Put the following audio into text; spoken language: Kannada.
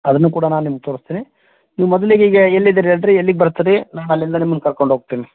ಅದನ್ನು ಕೂಡ ನಾ ನಿಮ್ಗೆ ತೋರಿಸ್ತೀನಿ ನೀವು ಮೊದಲಿಗೆ ಈಗ ಎಲ್ಲಿ ಇದ್ದೀರಿ ಹೇಳಿರಿ ಎಲ್ಲಿಗೆ ಬರ್ತೀರಿ ನಾ ಅಲ್ಲಿಂದ ನಿಮ್ನ ಕರ್ಕೊಂಡು ಹೋಗ್ತೀನಿ